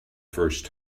first